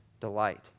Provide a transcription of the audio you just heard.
delight